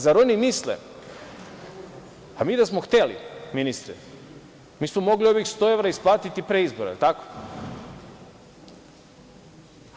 Zar oni misle, mi da smo hteli, ministre, mi smo mogli ovih 100 evra isplatiti pre izbora, da li je tako,